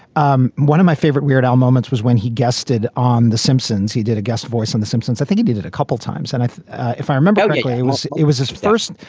um one of my favorite weird al moments was when he guested on the simpsons. he did a guest voice on the simpsons. i think he did it a couple times. and if i remember correctly, it was it it was his first,